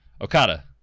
Okada